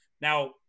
Now